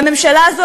והממשלה הזאת,